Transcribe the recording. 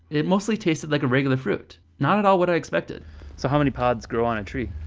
it mostly tasted like a regular fruit not at all what i expected so, how many pods grow on a tree?